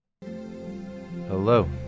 Hello